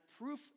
proof